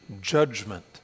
judgment